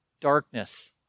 darkness